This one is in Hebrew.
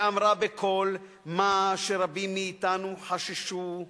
ואמרה בקול מה שרבים מאתנו חששו לומר: